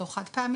לא חד פעמית,